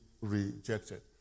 rejected